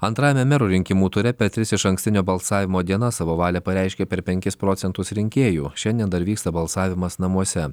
antrajame merų rinkimų ture per tris išankstinio balsavimo dienas savo valią pareiškė per penkis procentus rinkėjų šiandien dar vyksta balsavimas namuose